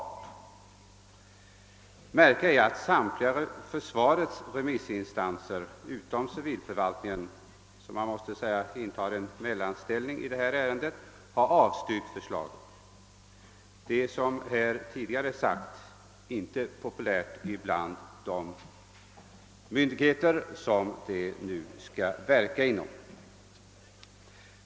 Det märkliga är att försvarets samtliga remissinstanser, utom civilförvaltningen, vilken man måste säga intar en mellanställning i detta ärende, har avstyrkt förslaget. Detta är, såsom tidigare framhållits här i debatten, inte populärt bland de myndigheter som berörs av detsamma.